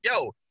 yo